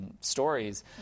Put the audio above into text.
stories